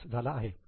5 झाला आहे